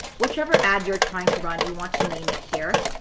whichever ad you are trying to run, you want to name it here.